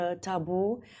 taboo